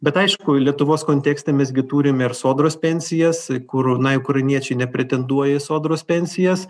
bet aišku lietuvos kontekste mes gi turim ir sodros pensijas kur na ukrainiečiai nepretenduoja į sodros pensijas